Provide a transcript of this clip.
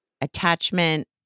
attachment